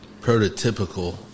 prototypical